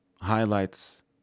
highlights